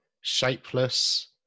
shapeless